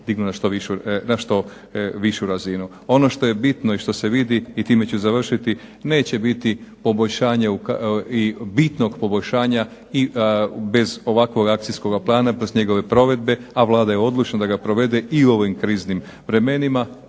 dignu na što višu razinu. Ono što je bitno i što se vidi i time ću završiti, neće biti bitnog poboljšanja i bez ovakvog akcijskog plana i bez njegove provedbe, a Vlada je odlučna da ga provede i u ovim kriznim vremenima.